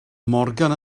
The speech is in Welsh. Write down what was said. morgan